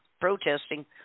protesting